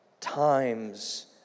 times